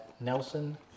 Nelson